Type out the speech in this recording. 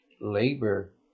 labor